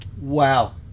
Wow